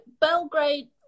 Belgrade